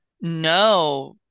No